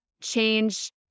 change